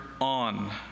on